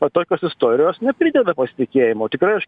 o tokios istorijos neprideda pasitikėjimo tikrai aš